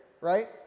right